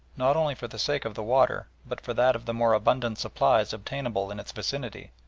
not only for the sake of the water, but for that of the more abundant supplies obtainable in its vicinity,